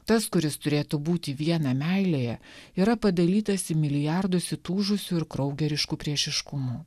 tas kuris turėtų būti viena meilėje yra padalytas į milijardus įtūžusių ir kraugeriškų priešiškumų